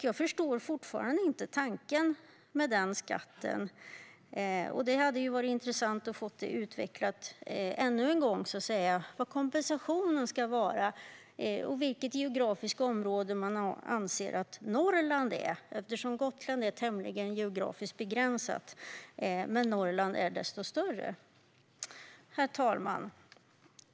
Jag förstår fortfarande inte tanken med den skatten. Det hade varit intressant att få detta utvecklat ännu en gång - vad kompensationen ska vara och vilket geografiskt område som man anser att Norrland är. Gotland är ett tämligen geografiskt begränsat område, men Norrland är desto större. Herr talman!